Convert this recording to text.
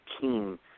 team